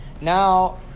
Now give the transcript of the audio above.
Now